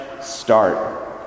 start